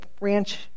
ranch